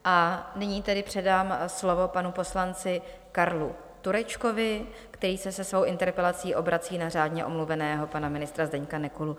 A nyní tedy předám slovo panu poslanci Karlu Turečkovi, který se se svou interpelací obrací na řádně omluveného pana ministra Zdeňka Nekulu.